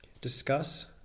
Discuss